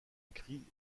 écrit